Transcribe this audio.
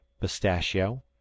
pistachio